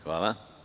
Hvala.